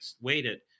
waited